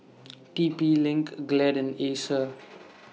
T P LINK Glad and Acer